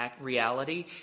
reality